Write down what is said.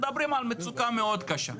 מדברים על מצוקה מאוד קשה.